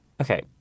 Okay